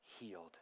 healed